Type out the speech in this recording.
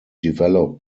developed